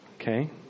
Okay